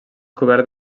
cobert